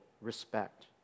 respect